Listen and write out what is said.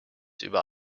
über